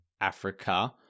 Africa